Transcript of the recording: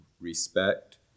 respect